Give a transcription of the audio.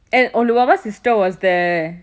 and oh lubaba's sister was there